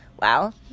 Wow